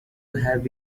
have